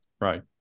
right